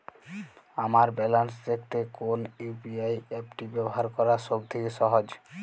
আমার ব্যালান্স দেখতে কোন ইউ.পি.আই অ্যাপটি ব্যবহার করা সব থেকে সহজ?